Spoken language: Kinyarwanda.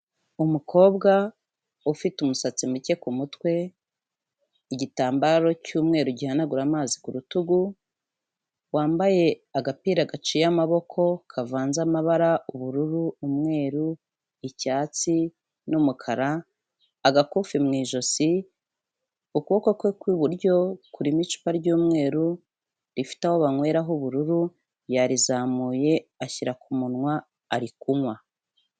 Umukobwa ufite umusatsi muke ku mutwe, igitambaro cy'umweru gihanagura amazi ku rutugu, wambaye agapira gaciye amaboko, kavanze amabara ubururu, umweru, icyatsi n'umukara, agakufi mu ijosi, ukuboko kwe ku iburyo kurima icupawa ry'umweru, rifite aho banywera h'ubururu, yarizamuye ashyira ku munwa ari kunywa.